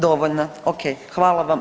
Dovoljna, ok, hvala vam.